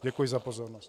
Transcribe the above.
Děkuji za pozornost.